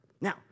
Now